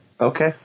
Okay